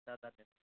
हुन्छ धन्यवाद